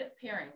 pairing